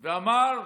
ואמר: